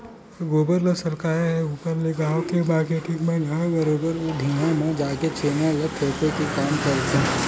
गोबर के सकलाय ऊपर ले गाँव के मारकेटिंग मन ह बरोबर ओ ढिहाँ म जाके छेना ल थोपे के काम करथे